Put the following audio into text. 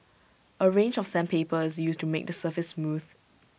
A range of sandpaper is used to make the surface smooth